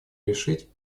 решить